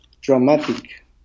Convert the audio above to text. dramatic